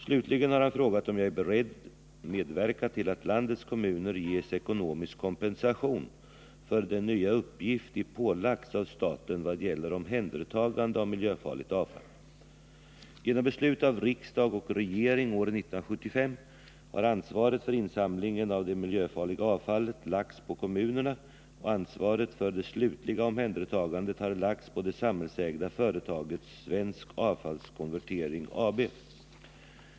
Slutligen har han frågat om jag är beredd medverka till att landets kommuner ges ekonomisk kompensation för den nya uppgift de pålagts av staten vad gäller omhändertagande av miljöfarligt avfall. Genom beslut av riksdag och regering år 1975 har ansvaret för insamlingen av det miljöfarliga avfallet lagts på kommunerna, och ansvaret för det slutliga omhändertagandet har lagts på det samhällsägda företaget Svensk Avfallskonvertering AB .